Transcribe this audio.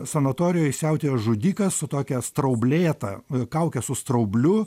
sanatorijoj siautėja žudikas su tokia straublėta kauke su straubliu